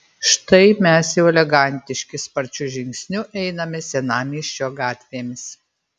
štai mes jau elegantiški sparčiu žingsniu einame senamiesčio gatvėmis